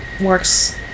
works